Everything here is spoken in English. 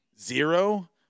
Zero